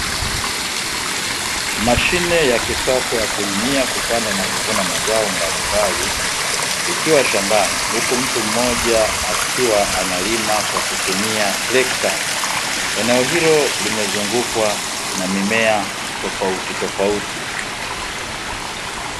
Mashine ya kisasa ya kulimia, kupanda na kuvuna mazao mbalimbali, ikiwa shambani huku mtu mmoja akiwa analima kwa kutumia trekta. Eneo hilo limezungukwa na mimea tofauti tofauti.